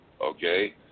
Okay